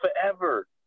forever